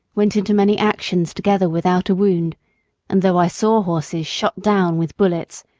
went into many actions together without a wound and though i saw horses shot down with bullets,